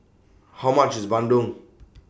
How much IS Bandung